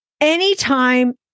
anytime